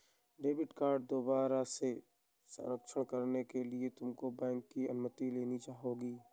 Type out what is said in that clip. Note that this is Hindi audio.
डेबिट कार्ड दोबारा से सक्षम कराने के लिए तुमको बैंक की अनुमति लेनी होगी